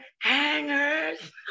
hangers